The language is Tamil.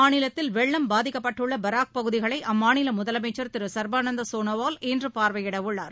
மாநிலத்தில் வெள்ளம் பாதிக்கப்பட்டுள்ளபராக் பகுதிகளைஅம்மாநிலமுதலமைச்சர் அசாம் திருசர்பானந்தாசோனோவால் இன்றுபார்வையிடஉள்ளார்